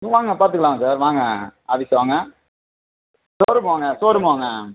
வாங்க பார்த்துக்கலாம் சார் வாங்க ஆஃபீஸ் வாங்க ஸோரூம் வாங்க ஸோரூம் வாங்க